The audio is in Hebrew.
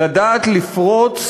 לדעת לפרוץ